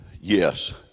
yes